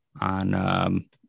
on